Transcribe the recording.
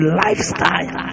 lifestyle